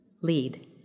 lead